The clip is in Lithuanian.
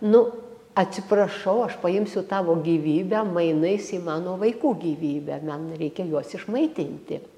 nu atsiprašau aš paimsiu tavo gyvybę mainais į mano vaikų gyvybę man reikia juos išmaitinti